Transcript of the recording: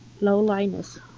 lowliness